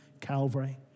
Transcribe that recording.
Calvary